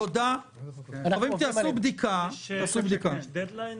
יש דדליין